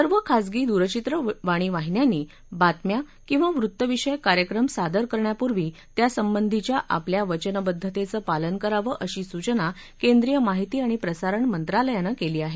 सर्व खासगी दूरचित्रवाणीवाहिन्यांनी बातम्या किंवा वृत्तविषयक कार्यक्रम सादर करण्यापूर्वी त्यासंबंधीच्या आपल्या वचनबद्धतेचं पालन करावं अशी सूचना केंद्रीय माहिती आणि प्रसारणमंत्रालयानं केली आहे